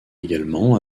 également